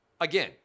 again